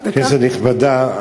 כנסת נכבדה,